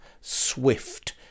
swift